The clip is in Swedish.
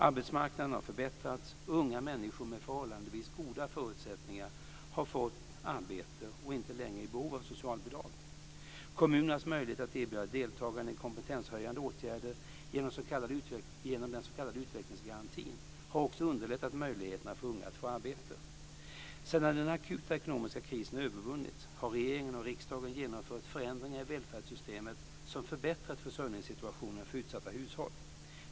Arbetsmarknaden har förbättrats och unga människor med förhållandevis goda förutsättningar har fått arbete och är inte längre i behov av socialbidrag. Kommunernas möjlighet att erbjuda deltagande i kompetenshöjande åtgärder genom den s.k. utvecklingsgarantin har också underlättat möjligheterna för unga att få arbete. Sedan den akuta ekonomiska krisen övervunnits har regeringen och riksdagen genomfört förändringar i välfärdssystemet som förbättrat försörjningssituationen för utsatta hushåll.